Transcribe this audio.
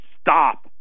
stop